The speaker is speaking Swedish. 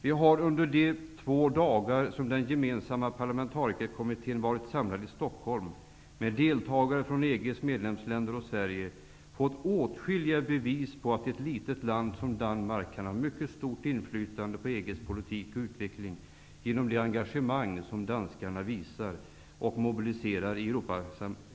Vi har under de två dagar, som den gemensamma parlamentarikerkommittén varit samlad i Stockholm med deltagare från EG:s medlemsländer och Sverige, fått åtskilliga bevis på att ett litet land som Danmark kan ha ett mycket stort inflytande över EG:s politik och utveckling genom det engagemang som danskarna visar och mobiliserar i Europaarbetet.